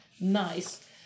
Nice